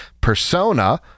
persona